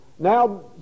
Now